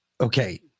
okay